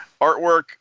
Artwork